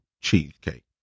cheesecake